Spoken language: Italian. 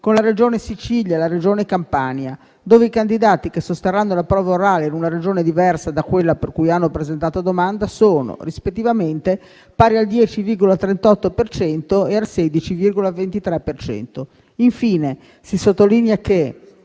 con la Regione Sicilia e la Regione Campania, dove i candidati che sosterranno la prova orale in una Regione diversa da quella per cui hanno presentato domanda sono rispettivamente pari al 10,38 e al 16,23 per cento. Infine, si sottolinea che,